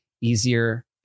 easier